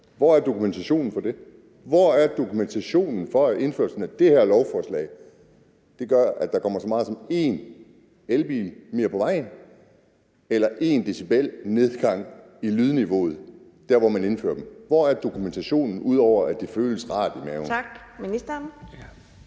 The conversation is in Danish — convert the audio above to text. hvor dokumentationen for det er? Hvor er dokumentationen for, at indførslen af det, der er i det her lovforslag, gør, at der kommer så meget som en elbil mere på vejen eller en decibel nedgang i lydniveauet der, hvor man indfører det? Hvor er dokumentationen, ud over at det føles rart i maven? Kl. 14:48 Anden